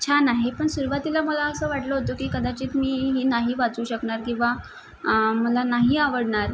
छान आहे पण सुरवातीला मला असं वाटलं होतं की कदाचित मी ही नाही वाचू शकणार किंवा मला नाही आवडणार